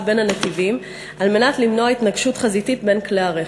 בין הנתיבים על מנת למנוע התנגשות חזיתית בין כלי-הרכב.